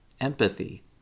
empathy